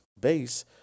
base